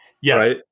Yes